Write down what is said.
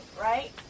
right